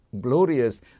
glorious